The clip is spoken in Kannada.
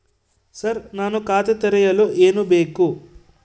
ಸರ್ ನಾನು ಖಾತೆ ತೆರೆಯಲು ಏನು ಬೇಕು?